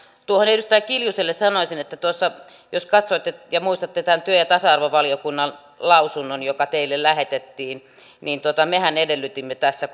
edustaja kiljuselle sanoisin että tuossa jos katsoitte ja muistatte tämän työ ja tasa arvovaliokunnan lausunnon joka teille lähetettiin niin mehän edellytimme tässä